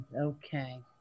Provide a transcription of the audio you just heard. Okay